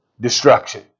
destruction